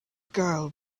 girl